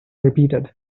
repeated